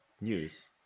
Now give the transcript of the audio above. news